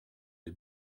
les